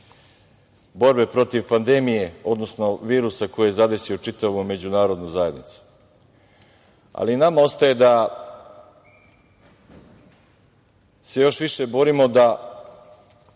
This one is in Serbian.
borbe protiv pandemije, odnosno virusa koji je zadesio čitavu međunarodnu zajednicu. Nama ostaje da se još više borimo da